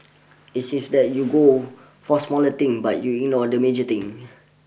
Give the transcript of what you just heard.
it seems that you go for smaller thing but you ignore the major things